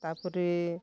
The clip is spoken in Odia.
ତାପରେ